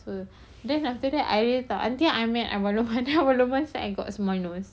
so then after that I tak nanti I think I met abang lukman abang lukman say I got small nose